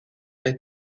est